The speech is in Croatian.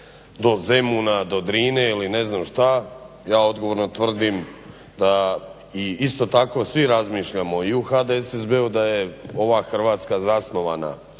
do Zemuna do Drine ili ne znam šta. Ja odgovorno tvrdim da isto tako svi razmišljamo i u HDSSB-u da je ova Hrvatska zasnovana